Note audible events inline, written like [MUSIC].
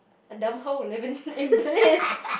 a dumb hoe living in [LAUGHS] bliss